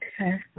Okay